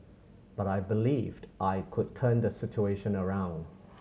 but I believed I could turn the situation around